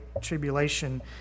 tribulation